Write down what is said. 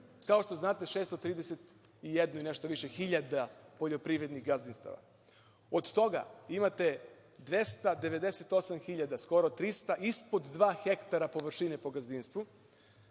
kao što znate, 631 i nešto više hiljada poljoprivrednih gazdinstava, od toga imate 298 hiljada, skoro 300 ispod dva hektara površine po gazdinstvu